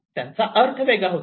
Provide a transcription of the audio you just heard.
त्यांचा अर्थ वेगळा होता